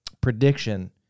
prediction